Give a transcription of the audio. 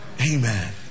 Amen